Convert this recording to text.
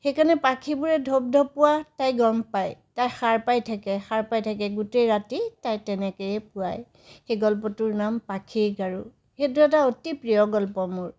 সেইকাৰণে পাখীবোৰে ধপধপোৱা তাই গম পাই তাই সাৰ পাই থাকে সাৰ পাই থাকে গোটেই ৰাতি তাই তেনেকেই পুৱাই সেই গল্পটোৰ নাম পাখীৰ গাৰু সেইটো এটা অতি প্ৰিয় গল্প মোৰ